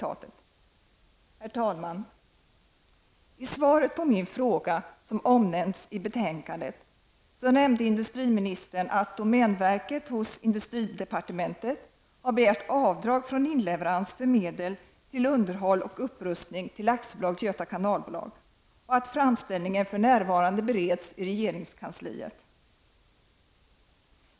Herr talman! I svaret på min fråga som omnämns i betänkandet nämnde industriministern att domänverket hos industridepartementet begärt avdrag från inleverans för medel till underhåll och upprustning till AB Göta kanalbolag, och att framställningen för närvarande bereds i regeringskansliet.